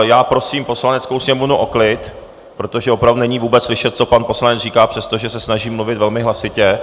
Já prosím Poslaneckou sněmovnu o klid, protože opravdu není vůbec slyšet, co pan poslanec říká, přestože se snaží mluvit velmi hlasitě.